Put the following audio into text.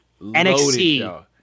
NXT